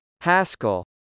Haskell